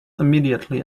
immediately